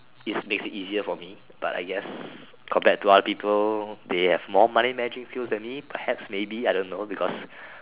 is basic easier for me but I guess compared to other people they have more money managing skill than me perhaps maybe I don't know because